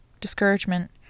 Discouragement